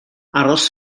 aros